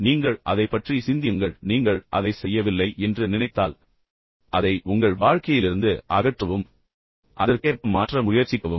நீங்கள் அதைப் பற்றி சிந்தியுங்கள் பின்னர் நீங்கள் அதைச் செய்யவில்லை என்று நினைத்தால் எனவே அதை மாற்றவும் அதை உங்கள் வாழ்க்கையிலிருந்து அகற்றவும் பின்னர் அதற்கேற்ப மாற்ற முயற்சிக்கவும்